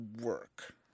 work